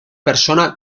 persona